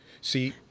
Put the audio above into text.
See